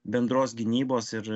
bendros gynybos ir